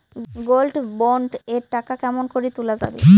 Gold bond এর টাকা কেমন করি তুলা যাবে?